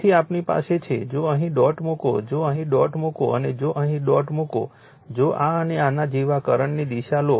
તેથી આપણી પાસે છે જો અહીં ડોટ મૂકો જો અહીં ડોટ મૂકો અને જો અહીં ડોટ મૂકો જો આ અને આના જેવા કરંટની દિશા લો